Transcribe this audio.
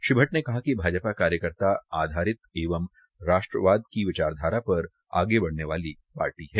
श्री भद्द ने कहा कि भाजपा कार्यकर्ता आधारित एव राष्ट्रवाद की विचारधारा पर आगे बढ़ने वाली पार्टी है